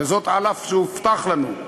וזאת אף שהובטח לנו.